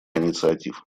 инициатив